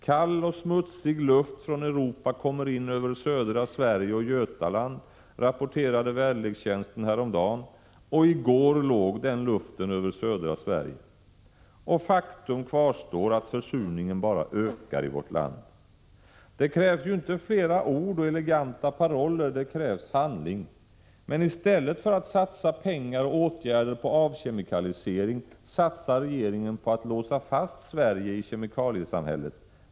Kall och smutsig luft från Europa kommer in över södra Sverige och Götaland, rapporterade väderlekstjänsten häromdagen, och i går låg den luften över södra Sverige. Faktum kvarstår att försurningen bara ökar i vårt land. Det krävs inte flera ord och eleganta paroller; det krävs handling. Men i stället för att satsa pengar och åtgärder på avkemikalisering satsar regeringen på att låsa fast Sverige i kemikaliesamhället.